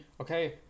okay